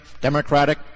democratic